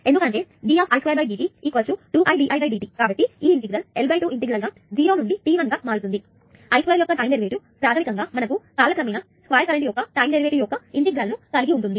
కాబట్టి ఈ integral L 2 integral గా 0 నుండి t1 గా మారుతుంది I2యొక్క టైం డెరివేటివ్ ప్రాధమికంగా మనకు కాలక్రమేణా స్క్వేర్ కరెంట్ యొక్క టైం డెరివేటివ్ యొక్క ఇంటిగ్రల్ ను కలిగి ఉంటుంది